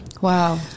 Wow